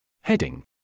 Heading